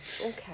Okay